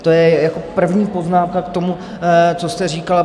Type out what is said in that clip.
To je první poznámka k tomu, co jste říkal.